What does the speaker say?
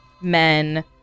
men